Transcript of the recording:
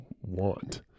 want